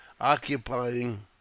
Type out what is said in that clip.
occupying